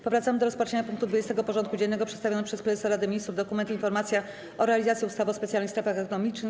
Powracamy do rozpatrzenia punktu 20. porządku dziennego: Przedstawiony przez Prezesa Rady Ministrów dokument: „Informacja o realizacji ustawy o specjalnych strefach ekonomicznych.